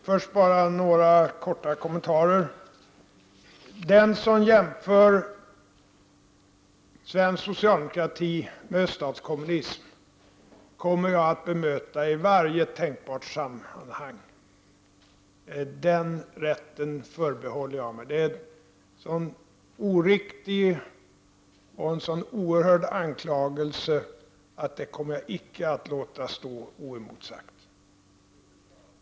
Fru talman! Den som jämför svensk socialdemokrati med öststatskommunism kommer jag att bemöta i varje tänkbart sammanhang. Den rätten förbehåller jag mig. Det är en så oriktig och en så oerhörd anklagelse att den kommer jag icke att låta stå oemotsagd.